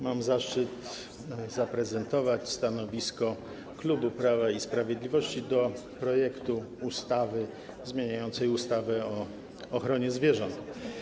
Mam zaszczyt zaprezentować stanowisko klubu Prawa i Sprawiedliwości wobec ustawy zmieniającej ustawę o ochronie zwierząt.